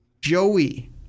joey